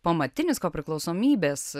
pamatinis ko priklausomybės